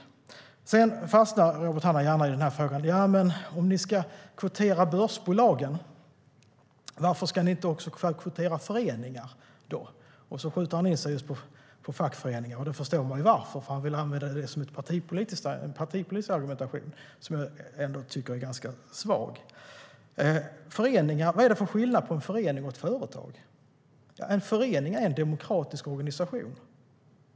Robert Hannah fastnar gärna i frågan: Om ni ska kvotera i börsbolagen, varför ska ni då inte också kvotera i föreningar? Han skjuter då in sig på just fackföreningar. Och man förstår ju varför, att han vill använda det i sin partipolitiska argumentation som jag tycker är ganska svag. Vad är det för skillnad på en förening och ett företag? En förening är en demokratisk organisation.